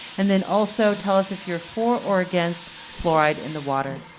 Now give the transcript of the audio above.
and then also tell us if you're for or against fluoride in the water.